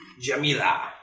Jamila